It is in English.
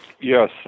Yes